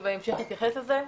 שאני בהמשך אתייחס לזה.